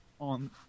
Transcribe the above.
on